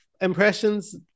impressions